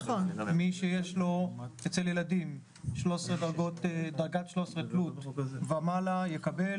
מי שיש לו אצל ילדים דרגת 13 תלות ומעלה יקבל,